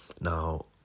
Now